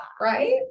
right